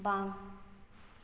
ᱵᱟᱝ